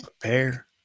Prepare